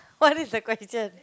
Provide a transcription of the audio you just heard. what is the question